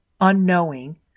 unknowing